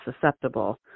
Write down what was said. susceptible